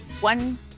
one